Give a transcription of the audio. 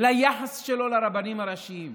ביחס שלו לרבנים הראשיים,